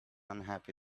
unhappy